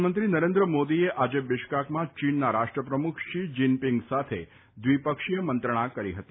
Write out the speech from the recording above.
પ્રધાનમંત્રી નરેન્દ્ર મોદી એ આજે બિશ્કાકમાં ચીનના રાષ્ટ્ર પ્રમૂખ શી જીનપીંગ સાથે દ્વિપક્ષીય મંત્રણા કરી હતી